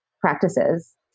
practices